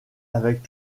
avec